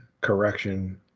correction